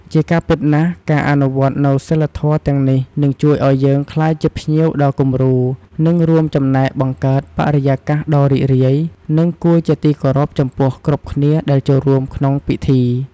ជាការពិតណាស់ ការអនុវត្តនូវសីលធម៌ទាំងនេះ នឹងជួយឱ្យយើងក្លាយជាភ្ញៀវដ៏គំរូ និងរួមចំណែកបង្កើតបរិយាកាសដ៏រីករាយ និងគួរជាទីគោរពចំពោះគ្រប់គ្នាដែលចូលរួមក្នុងពិធី។